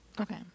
Okay